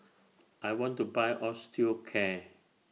I want to Buy Osteocare